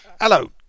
Hello